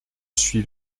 suis